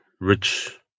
rich